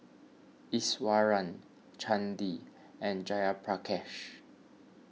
Iswaran Chandi and Jayaprakash